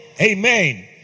Amen